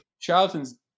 Charlton's